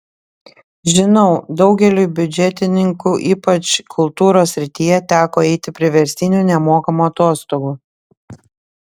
žinau daugeliui biudžetininkų ypač kultūros srityje teko eiti priverstinių nemokamų atostogų